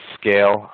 scale